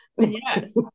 Yes